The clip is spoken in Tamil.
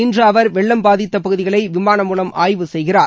இன்று அவர் வெள்ளம் பாதித்த பகுதிகளை விமானம் மூலம் ஆய்வு செய்கிறார்